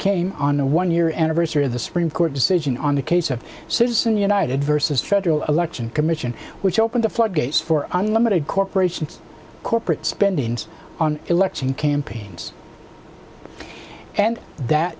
came on the one year anniversary of the supreme court decision on the case of citizens united versus federal election commission which opened the floodgates for unlimited corporations corporate spending on election campaigns and that